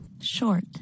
Short